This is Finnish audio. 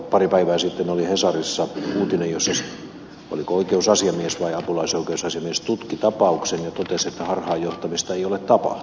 pari päivää sitten oli hesarissa uutinen että oliko oikeusasiamies vai apulaisoikeusasiamies tutki tapauksen ja totesi että harhaanjohtamista ei ole tapahtunut